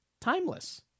timeless